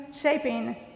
Shaping